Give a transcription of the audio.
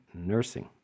nursing